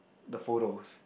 the photos